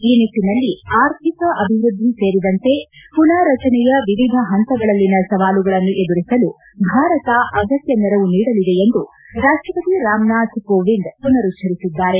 ಈ ನಿಟ್ಟನಲ್ಲಿ ಆರ್ಥಿಕ ಅಭಿವೃದ್ಧಿ ಸೇರಿದಂತೆ ಪುನಾರಚನೆಯ ವಿವಿಧ ಹಂತಗಳಲ್ಲಿನ ಸವಾಲುಗಳನ್ನು ಎದುರಿಸಲು ಭಾರತ ಅಗತ್ಯ ನೆರವು ನೀಡಲಿದೆ ಎಂದು ರಾಷ್ಟಪತಿ ರಾಮ್ನಾಥ್ ಕೋವಿಂದ್ ಪುನರುಚ್ಚರಿಸಿದ್ದಾರೆ